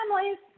families